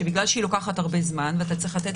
שבגלל שהיא לוקחת הרבה זמן ואתה צריך לתת